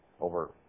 over